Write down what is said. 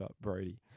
Brody